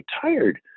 tired